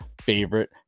favorite